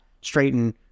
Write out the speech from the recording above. straighten